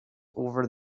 over